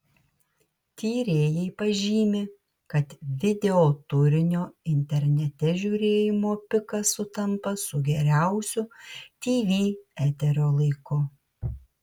tyrėjai pažymi kad videoturinio internete žiūrėjimo pikas sutampa su geriausiu tv eterio laiku